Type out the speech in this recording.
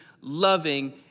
loving